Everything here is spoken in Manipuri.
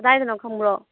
ꯀꯗꯥꯏꯗꯅꯣ ꯈꯪꯕ꯭ꯔꯣ